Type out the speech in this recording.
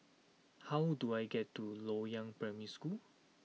how do I get to Loyang Primary School